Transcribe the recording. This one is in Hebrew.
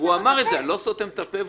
למה אתה סותם לו את הפה?